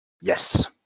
Yes